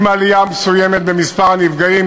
עם עלייה מסוימת במספר הנפגעים,